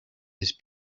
his